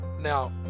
Now